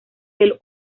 del